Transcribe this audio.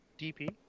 dp